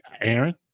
Aaron